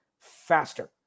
faster